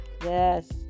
yes